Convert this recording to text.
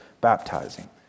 baptizing